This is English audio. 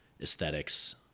aesthetics